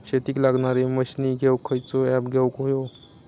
शेतीक लागणारे मशीनी घेवक खयचो ऍप घेवक होयो?